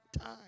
time